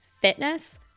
fitness